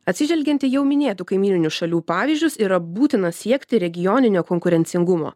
atsižvelgiant į jau minėtų kaimyninių šalių pavyzdžius yra būtina siekti regioninio konkurencingumo